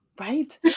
Right